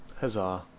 Huzzah